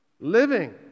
living